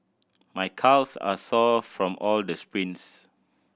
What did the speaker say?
my calves are sore from all the sprints